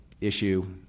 issue